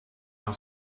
are